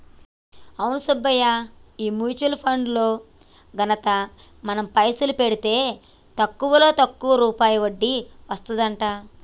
అవును సుబ్బయ్య ఈ mutual funds లో ఘనత మనం పైసలు పెడితే తక్కువలో తక్కువ రూపాయి వడ్డీ వస్తదంట